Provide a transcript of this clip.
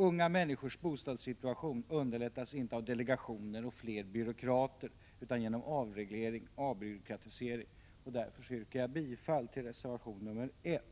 Unga människors bostadssituation underlättas inte av delegationer och fler byråkrater utan genom avreglering och avbyråkratisering. Jag yrkar därför bifall till reservation nr 1.